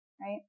right